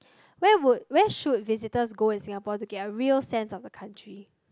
where would where should visitors go in Singapore to get a real sense of the country